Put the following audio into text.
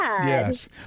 Yes